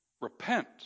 Repent